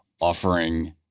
offering